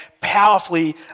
powerfully